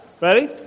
Ready